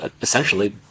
essentially